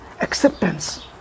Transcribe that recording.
acceptance